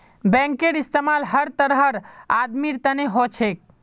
बैंकेर इस्तमाल हर तरहर आदमीर तने हो छेक